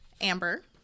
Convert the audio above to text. Amber